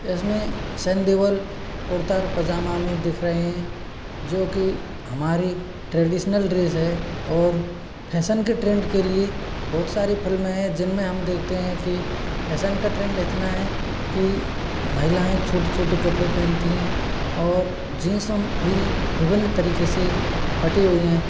इसमें सनी देओल कुर्ता और पजामा में दिख रहे हैं जोकि हमारी ट्रेडिशनल ड्रेस है और फैशन के ट्रेंड के लिए बहुत सारी फ़िल्में हैं जिनमें हम देखते हैं कि फैशन का ट्रेंड इतना है कि महिलाएँ छोटे छोटे कपड़े पहनती हैं और जीन्स भी विभिन्न तरीके से फटी हुई हैं